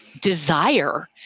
desire